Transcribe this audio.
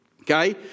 Okay